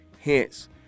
Hence